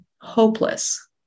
hopeless